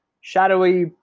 shadowy